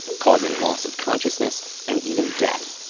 causing loss of consciousness and even death.